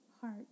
heart